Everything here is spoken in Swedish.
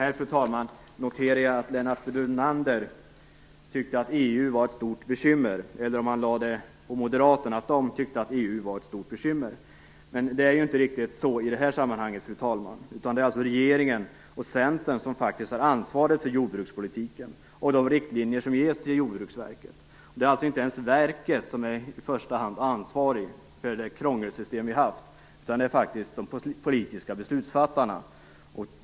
Jag noterar att Lennart Brunander tyckte att EU var ett stort bekymmer, eller om han möjligen sade att Moderaterna tyckte att EU var ett stort bekymmer. Det är ju inte riktigt så, fru talman. Det är faktiskt regeringen och Centern som har ansvaret för jordbrukspolitiken och för de riktlinjer som ges till Jordbruksverket. Det är alltså inte ens verket som i första hand är ansvarigt för det krångelsystem vi har haft, utan det är faktiskt de politiska beslutsfattarna.